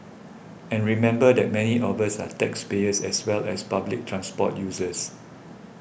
and remember that many of us are taxpayers as well as public transport users